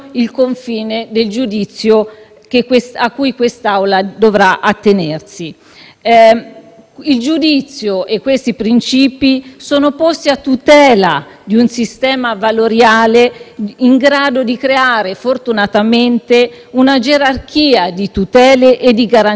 Il giudizio e questi principi sono posti a tutela di un sistema valoriale in grado di creare fortunatamente una gerarchia di tutele e di garanzie delle libertà fondamentali delle persone. Spetta a noi oggi e domani, dunque,